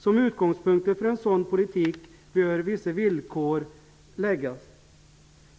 Som utgångspunkter för en sådan politik bör vissa villkor ställas.